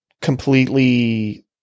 completely